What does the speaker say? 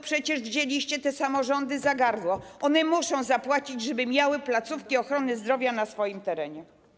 Przecież wzięliście te samorządy za gardło, one muszą zapłacić, żeby miały placówki ochrony zdrowia na swoim terenie.